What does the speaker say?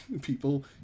people